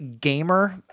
Gamer